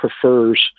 prefers